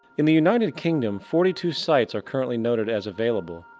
in the united kingdom forty two sites are currently noted as available,